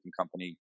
company